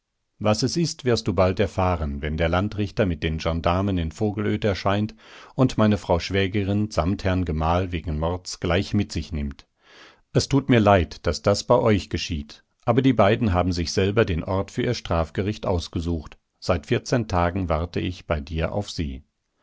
was es ist wirst du bald erfahren wenn der landrichter mit den gendarmen in vogelöd erscheint und meine frau schwägerin samt herrn gemahl wegen mords gleich mit sich nimmt es tut mir leid daß das bei euch geschieht aber die beiden haben sich selber den ort für ihr strafgericht ausgesucht seit vierzehn tagen warte ich bei dir auf sie